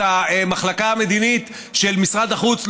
את המחלקה המדינית של משרד החוץ,